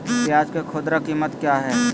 प्याज के खुदरा कीमत क्या है?